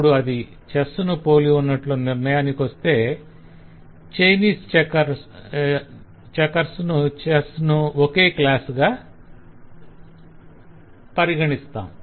అప్పుడు అది చెస్ ను పోలి ఉన్నట్లు నిర్ణయానికొస్తే చైనీస్ చెక్కర్స్ ను చెస్ ను ఒకే క్లాస్ గా పరిగణిస్తాం